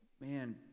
man